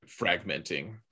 fragmenting